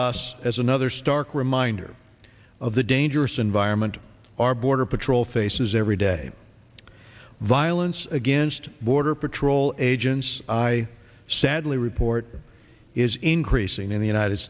us as another stark reminder of the dangerous environment our border patrol faces every day violence against border patrol agents i sadly report is increasing in the united